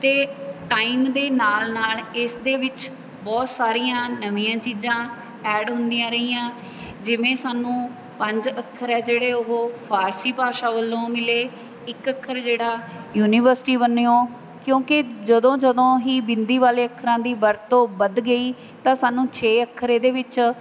ਅਤੇ ਟਾਈਮ ਦੇ ਨਾਲ ਨਾਲ ਇਸ ਦੇ ਵਿੱਚ ਬਹੁਤ ਸਾਰੀਆਂ ਨਵੀਆਂ ਚੀਜ਼ਾਂ ਐਡ ਹੁੰਦੀਆਂ ਰਹੀਆਂ ਜਿਵੇਂ ਸਾਨੂੰ ਪੰਜ ਅੱਖਰ ਆ ਜਿਹੜੇ ਉਹ ਫਾਰਸੀ ਭਾਸ਼ਾ ਵੱਲੋਂ ਮਿਲੇ ਇੱਕ ਅੱਖਰ ਜਿਹੜਾ ਯੂਨੀਵਰਸਿਟੀ ਬੰਨਿਓ ਕਿਉਂਕਿ ਜਦੋਂ ਜਦੋਂ ਹੀ ਬਿੰਦੀ ਵਾਲੇ ਅੱਖਰਾਂ ਦੀ ਵਰਤੋਂ ਵੱਧ ਗਈ ਤਾਂ ਸਾਨੂੰ ਛੇ ਅੱਖਰ ਇਹਦੇ ਵਿੱਚ